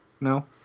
no